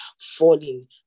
falling